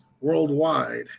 worldwide